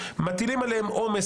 מטילים עליהם עומס,